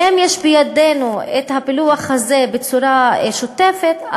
אם יהיה בידינו הפילוח הזה בצורה שוטפת,